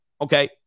Okay